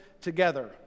together